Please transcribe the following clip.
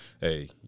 hey